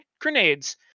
grenades